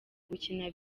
gukina